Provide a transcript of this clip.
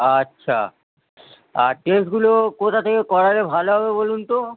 আচ্ছা আর টেস্টগুলো কোথা থেকে করালে ভালো হবে বলুন তো